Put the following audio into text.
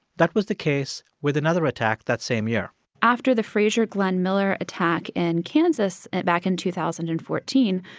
that was the case with another attack that same year after the frazier glenn miller attack in kansas back in two thousand and fourteen,